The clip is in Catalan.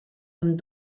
amb